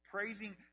Praising